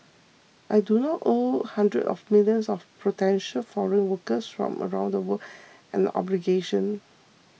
I do not owe hundreds of millions of potential foreign workers from around the world an obligation